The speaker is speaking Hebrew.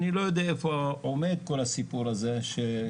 אני לא יודע איפה עומד כל הסיפור הזה כיום,